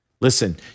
Listen